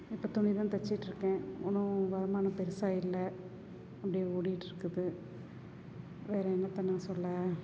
இப்போ துணிதான் தைச்சிட்டுருக்கேன் ஒன்றும் வருமானம் பெருசாக இல்லை அப்படியே ஓடிகிட்டு இருக்குது வேறு என்னத்த நான் சொல்ல